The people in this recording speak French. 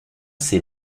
ces